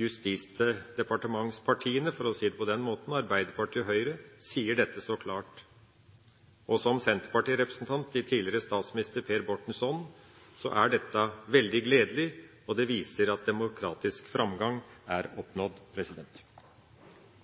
justisdepartementspartiene – for å si det på den måten – Arbeiderpartiet og Høyre, sier dette så klart. Som senterpartirepresentant i tidligere statsminister Per Bortens ånd er dette veldig gledelig, og det viser at demokratisk framgang er oppnådd.